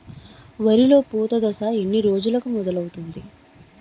వరిలో పూత దశ ఎన్ని రోజులకు మొదలవుతుంది?